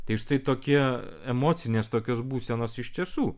tai štai tokie emocinės tokios būsenos iš tiesų